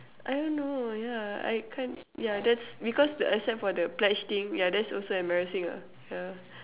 I don't know yeah I can't ya that's because except for the pledge thing ya that's also embarrassing ah ya